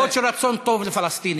מחוות של רצון טוב לפלסטינים,